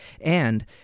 and-